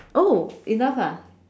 oh enough ah